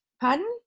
Pardon